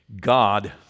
God